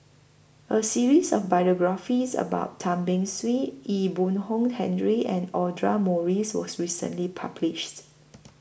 A series of biographies about Tan Beng Swee Ee Boon Kong Henry and Audra Morrice was recently published